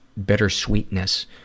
bittersweetness